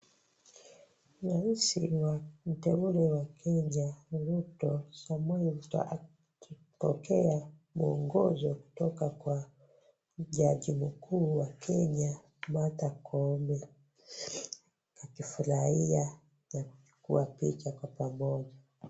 Rais mteule wa Kenya Ruto, Samoei Ruto akipokea muongozo kutoka kwa jaji mkuu wa Kenya Martha Koome akifurahia na kuchukua picha kwa pamoja.